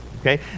Okay